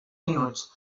minuts